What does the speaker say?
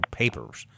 papers